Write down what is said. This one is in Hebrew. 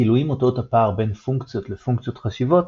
הגילויים אודות הפער בין פונקציות לפונקציות חשיבות,